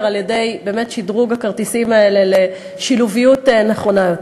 על-ידי שדרוג הכרטיסים האלה לשילוביות נכונה יותר.